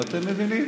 ואתם מבינים